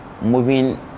moving